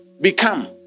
become